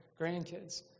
grandkids